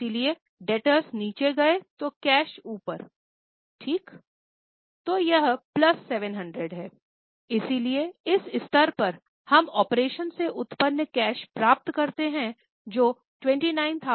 इसलिए इस स्तर पर हम ऑपरेशन से उत्पन्न कैश प्राप्त करते हैं जो 29300 है